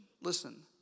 Listen